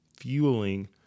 fueling